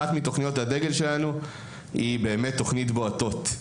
אחת מתכניות הדגל שלנו היא תכנית 'בועטות'.